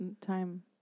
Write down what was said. time